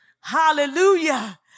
hallelujah